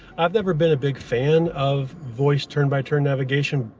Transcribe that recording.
i've never been a big fan of voice turn by turn navigation,